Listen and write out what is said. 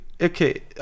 Okay